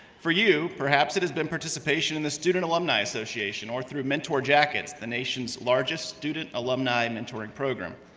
for you perhaps it has been participation in the student alumni association or through mentor jackets, the nation's largest student alumni mentoring program.